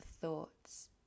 thoughts